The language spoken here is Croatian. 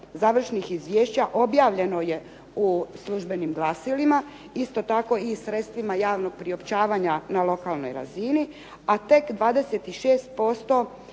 završnih izvješća objavljeno je u službenim glasilima, isto tako i sredstvima javnog priopćavanja na lokalnoj razini, a tek 26%